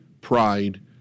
pride